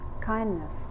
kindness